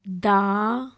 ਦਾ